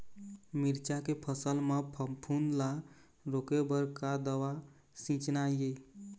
मिरचा के फसल म फफूंद ला रोके बर का दवा सींचना ये?